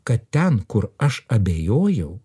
kad ten kur aš abejojau